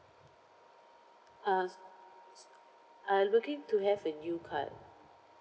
uh s~ s~ I looking to have a new card